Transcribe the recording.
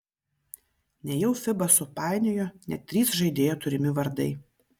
nejau fiba supainiojo net trys žaidėjo turimi vardai